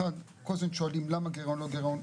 אחת, כל הזמן שואלים למה גירעון גירעון.